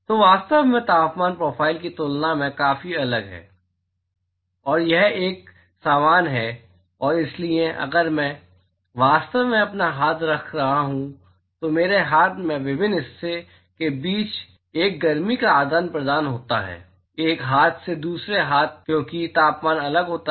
तो वास्तव में तापमान प्रोफ़ाइल की तुलना में काफी अलग है और यह एक समान है और इसलिए अगर मैं वास्तव में अपना हाथ रख रहा हूं तो मेरे हाथ के विभिन्न हिस्से के बीच एक गर्मी का आदान प्रदान होता है एक हाथ से दूसरे हाथ क्योंकि तापमान अलग होता है